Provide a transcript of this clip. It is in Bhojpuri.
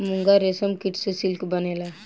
मूंगा रेशम कीट से सिल्क से बनेला